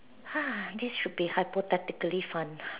ha this should be hypothetically fun